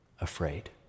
afraid